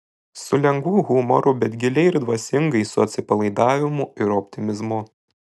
su lengvu humoru bet giliai ir dvasingai su atsipalaidavimu ir optimizmu